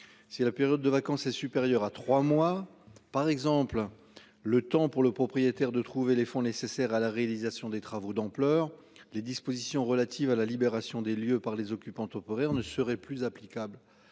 la période de vacances est supérieure à trois mois par exemple. Le temps pour le propriétaire de trouver les fonds nécessaires à la réalisation des travaux d'ampleur les dispositions relatives à la libération des lieux par les occupants temporaires ne seraient plus applicable